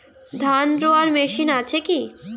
ধান রোয়ার মেশিন আছে কি?